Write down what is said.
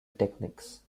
techniques